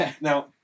Now